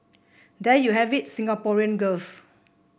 there you have it Singaporean girls